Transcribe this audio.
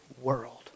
world